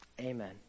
Amen